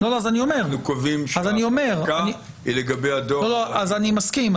אנחנו קובעים שהחקיקה היא לגבי הדואר --- אז אני מסכים.